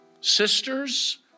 sisters